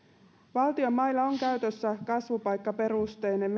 valtion mailla on käytössä kasvupaikkaperusteinen